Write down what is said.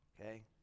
okay